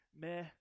meh